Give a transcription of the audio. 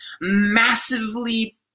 massively